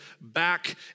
back